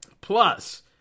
Plus